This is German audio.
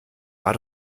war